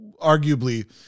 arguably